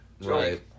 Right